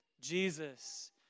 Jesus